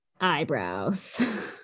eyebrows